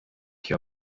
hier